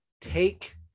take